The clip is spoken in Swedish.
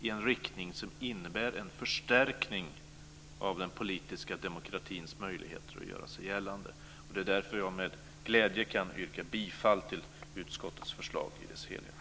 i en riktning som innebär en förstärkning av den politiska demokratins möjligheter att göra sig gällande. Det är därför jag med glädje kan yrka bifall till utskottets förslag i dess helhet.